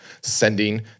sending